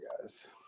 guys